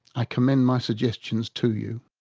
i commend my suggestions to you.